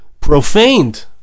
profaned